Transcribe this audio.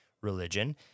religion